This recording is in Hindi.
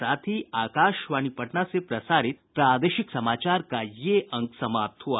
इसके साथ ही आकाशवाणी पटना से प्रसारित प्रादेशिक समाचार का ये अंक समाप्त हुआ